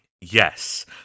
Yes